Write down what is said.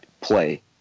play